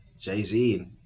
jay-z